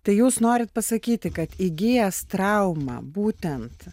tai jūs norit pasakyti kad įgijęs traumą būtent